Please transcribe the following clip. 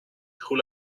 hula